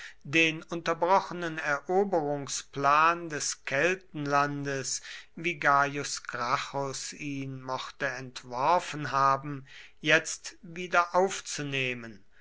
den unterbrochenen eroberungsplan des keltenlandes wie gaius gracchus ihn mochte entworfen haben jetzt